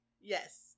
Yes